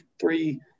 three